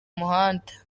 muhanda